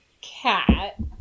cat